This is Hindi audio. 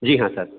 जी हाँ सर